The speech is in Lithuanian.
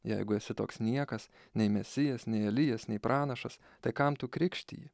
jeigu esi toks niekas nei mesijas nei elijas nei pranašas tai kam tu krikštiji